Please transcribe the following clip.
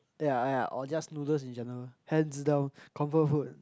ya yeah or just noodles in general hands down confirm food